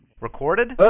Recorded